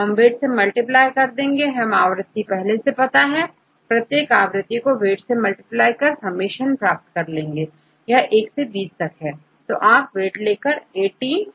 हम वेट से मल्टीप्लाई करेंगे हमें आवृत्ति पहले से पता है प्रत्येक आवृत्ति को वेट से मल्टीप्लाई कर समेशन प्राप्त कर लेंगे यह 1 से 20 तक है